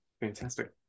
Fantastic